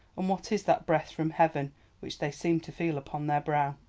and what is that breath from heaven which they seem to feel upon their brow?